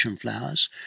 flowers